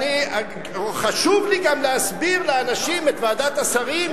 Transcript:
חשוב לי גם להסביר לאנשים את ועדת השרים,